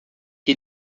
que